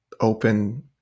open